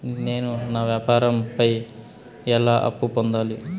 నేను నా వ్యాపారం పై ఎలా అప్పు పొందాలి?